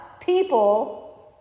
people